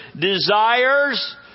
desires